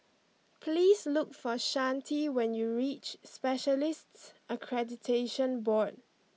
please look for Chante when you reach Specialists Accreditation Board